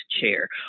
chair